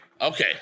okay